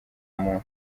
muntu